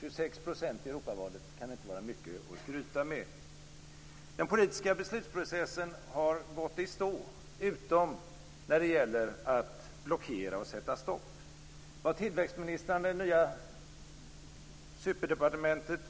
26 % i Europavalet kan inte vara mycket att skryta med. Den politiska beslutsprocessen har gått i stå utom när det gäller att blockera och sätta stopp. Vad tillväxtministrarna i det nya superdepartementet